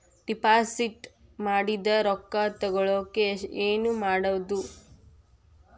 Deposit ಮಾಡಿದ ರೊಕ್ಕ ತಗೋಳಕ್ಕೆ ಏನು ಮಾಡೋದು?